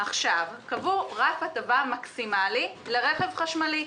קבעו רף הטבה מקסימלי לרכב חשמלי.